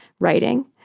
writing